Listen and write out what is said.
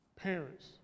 Parents